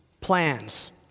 plans